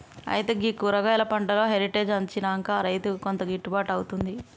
అయితే గీ కూరగాయలు పంటలో హెరిటేజ్ అచ్చినంక రైతుకు కొంత గిట్టుబాటు అవుతుంది